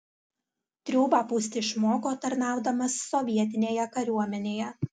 triūbą pūsti išmoko tarnaudamas sovietinėje kariuomenėje